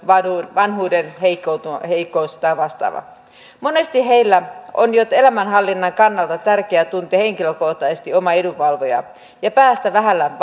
vanhuudenheikkous tai vastaava monesti heille on jo elämänhallinnan kannalta tärkeää tuntea henkilökohtaisesti oma edunvalvoja ja päästä vähällä